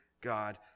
God